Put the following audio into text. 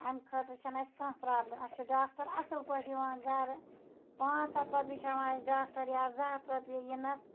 اَمہِ خٲطرٕ چھِنہٕ اَسہِ کانٛہہ پرٛابلِم اَسہِ چھِ ڈاکٹر اَصٕل پٲٹھۍ یِوان گَرٕ پانژھ ہَتھ رۄپیہِ چھِ ہیٚوان اَسہِ ڈاکٹر یا زٕ ہَتھ رۄپیہِ یِنَس